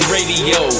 Radio